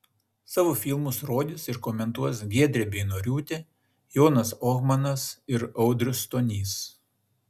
savo filmus rodys ir komentuos giedrė beinoriūtė jonas ohmanas ir audrius stonys